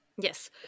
Yes